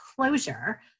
closure